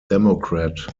democrat